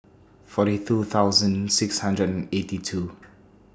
forty two thousand six hundred and eighty two